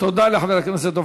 תודה לחבר הכנסת.